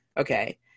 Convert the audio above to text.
Okay